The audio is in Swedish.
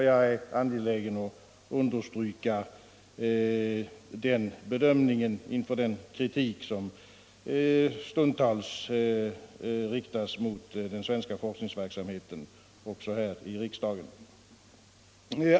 Jag är angelägen att under = heten stryka den bedömningen inför den kritik som stundtals riktas mot den svenska forskningsverksamheten, också här i riksdagen.